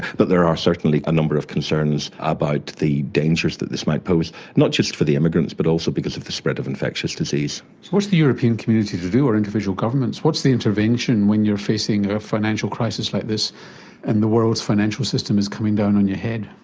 but there are certainly a number of concerns about the dangers that this might pose, not just for the immigrants but also because of the spread of infectious disease. so what's the european community to do or individual governments? what's the intervention when you're facing a financial crisis like this and the world's financial system is coming down on your head?